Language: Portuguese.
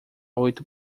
oito